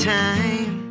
time